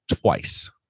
twice